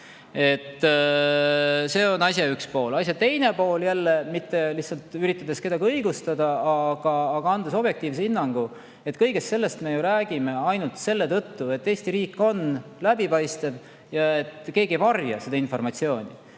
See on asja üks pool. Asja teine pool on – ma jälle ei ürita kedagi õigustada, vaid anda objektiivset hinnangut –, et kõigest sellest me ju räägime ainult selle tõttu, et Eesti riik on läbipaistev. Keegi ei varja seda informatsiooni.